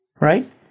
right